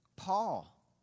Paul